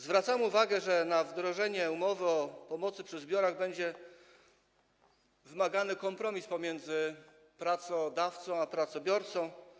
Zwracamy uwagę, że wdrożenie umowy o pomocy przy zbiorach będzie wymagało kompromisu pomiędzy pracodawcą a pracobiorcą.